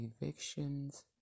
evictions